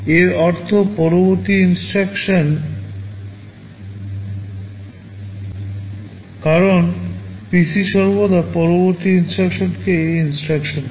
এর অর্থ পরবর্তী INSTRUCTION কারণ PC সর্বদা পরবর্তী নির্দেশকে ধারন করে